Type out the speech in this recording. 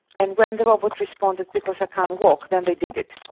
and when the robot responded, because i can't walk then they did it.